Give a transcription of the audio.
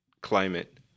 climate